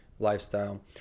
lifestyle